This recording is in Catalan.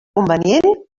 convenient